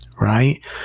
right